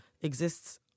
exists